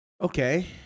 Okay